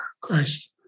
Christ